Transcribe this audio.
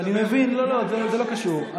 זה לא קשור.